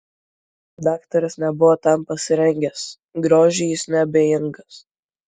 daktaras nebuvo tam pasirengęs grožiui jis neabejingas